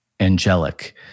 angelic